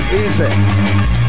easy